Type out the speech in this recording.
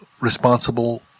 responsible